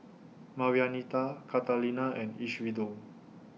Marianita Catalina and Isidro